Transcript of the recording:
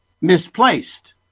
misplaced